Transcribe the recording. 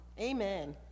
Amen